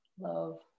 Love